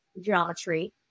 geometry